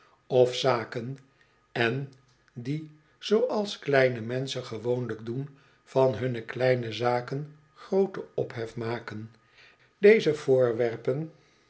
of zaken en die zooals kleine menschen gewoonlijk doen van hunne kleine zaken grooten ophef maken deze voorwerpen